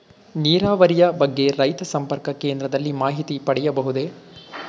ನೀರಾವರಿಯ ಬಗ್ಗೆ ರೈತ ಸಂಪರ್ಕ ಕೇಂದ್ರದಲ್ಲಿ ಮಾಹಿತಿ ಪಡೆಯಬಹುದೇ?